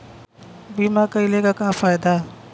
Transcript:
बीमा कइले का का फायदा ह?